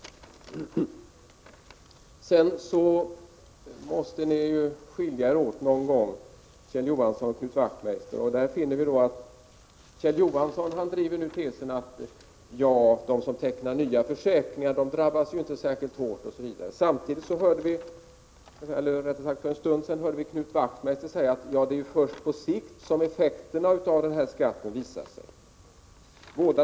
Kjell Johansson och Knut Wachtmeister måste ju skilja sig åt någon gång. Medan Kjell Johansson driver tesen att de som tecknar nya försäkringar inte drabbas särskilt hårt säger Knut Wachtmeister att det är först på sikt som effekterna av skatten visar sig.